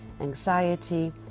anxiety